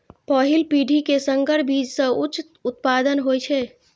पहिल पीढ़ी के संकर बीज सं उच्च उत्पादन होइ छै